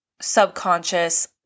subconscious